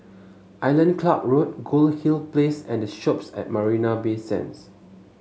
Island Club Road Goldhill Place and The Shoppes at Marina Bay Sands